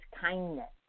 kindness